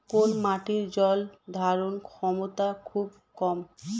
কোন মাটির জল ধারণ ক্ষমতা খুব কম?